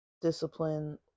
discipline